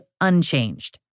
unchanged